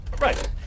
Right